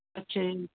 ਅੱਛਾ ਜੀ